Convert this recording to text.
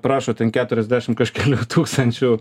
prašo ten keturiasdešimt kažkelių tūkstančių